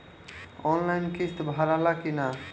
Online किस्त भराला कि ना?